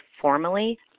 formally